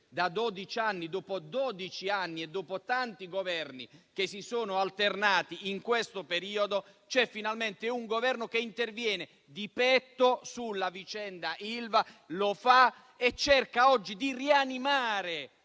dodici anni e dopo tanti Governi che si sono alternati in questo periodo, c'è un Governo che interviene di petto sulla vicenda Ilva e che cerca di rianimare